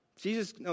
Jesus